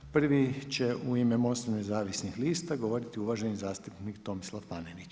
Prvi će u ime Mosta nezavisnih lista, govoriti uvaženi zastupnik Tomislav Panenić.